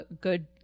good